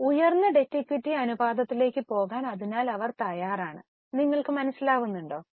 അതിനാൽ ഉയർന്ന debt equity അനുപാതത്തിലേക്ക് പോകാൻ അവർ തയ്യാറാണ് നിങ്ങൾക് മനസിലാകുന്നുണ്ടോ